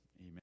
Amen